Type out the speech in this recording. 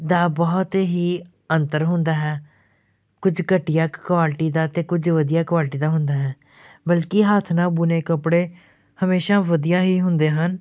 ਦਾ ਬਹੁਤ ਹੀ ਅੰਤਰ ਹੁੰਦਾ ਹੈ ਕੁਝ ਘਟੀਆ ਕੁਆਲਿਟੀ ਦਾ ਅਤੇ ਕੁਝ ਵਧੀਆ ਕੁਆਲਿਟੀ ਦਾ ਹੁੰਦਾ ਹੈ ਬਲਕਿ ਹੱਥ ਨਾਲ ਬੁਣੇ ਕੱਪੜੇ ਹਮੇਸ਼ਾਂ ਵਧੀਆ ਹੀ ਹੁੰਦੇ ਹਨ